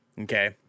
okay